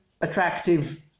attractive